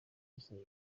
isaba